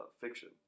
fiction